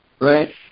Right